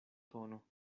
tono